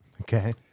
Okay